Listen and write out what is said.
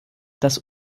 das